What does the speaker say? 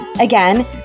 Again